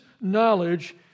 knowledge